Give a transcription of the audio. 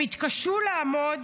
הם התקשו לעמוד,